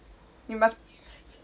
you must